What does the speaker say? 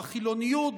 בחילוניות,